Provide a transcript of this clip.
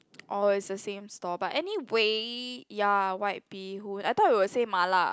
oh it's the same stall but anyway ya white-bee-hoon I thought you will say Ma-La